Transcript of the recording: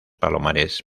palomares